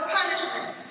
punishment